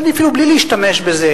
אני אפילו בלי להשתמש בזה,